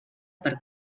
per